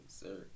Sir